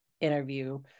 interview